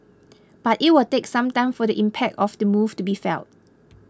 but it will take some time for the impact of the move to be felt